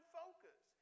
focus